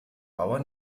bauer